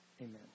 Amen